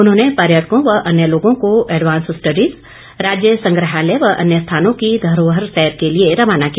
उन्होंने पर्यटकों व अन्य लोगों को एडवांस स्टडीज राज्य संग्रहालय व अन्य स्थानों की धरोहर सैर के लिए रवाना किया